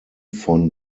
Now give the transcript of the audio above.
von